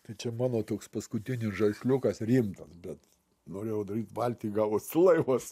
tai čia mano toks paskutinis žaisliukas rimtas bet norėjau daryt valtį gavosi laivas